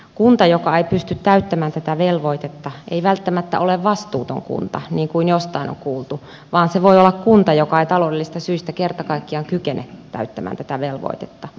kunta joka ei pysty täyttämään tätä velvoitetta ei välttämättä ole vastuuton kunta niin kuin jostain on kuultu vaan se voi olla kunta joka ei taloudellisista syistä kerta kaikkiaan kykene täyttämään tätä velvoitetta